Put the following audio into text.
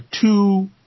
two